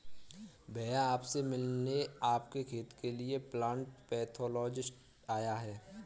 भैया आप से मिलने आपके खेत के लिए प्लांट पैथोलॉजिस्ट आया है